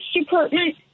Department